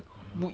mmhmm